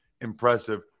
impressive